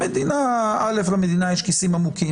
למדינה יש כיסים עמוקים.